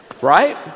Right